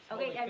Okay